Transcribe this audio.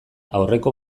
aurreko